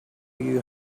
you